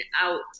out